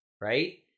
right